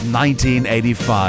1985